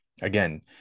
again